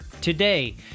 today